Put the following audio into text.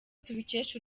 tubikesha